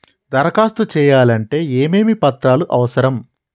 దరఖాస్తు చేయాలంటే ఏమేమి పత్రాలు అవసరం?